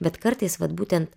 bet kartais vat būtent